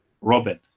Robin